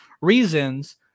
reasons